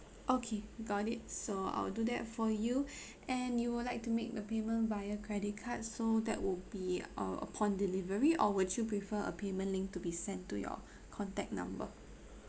okay got it so I'll do that for you and you would like to make the payment via credit card so that would be uh upon delivery or would you prefer a payment link to be sent to your contact number